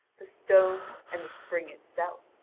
the stone and the spring itself,